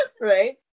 right